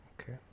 Okay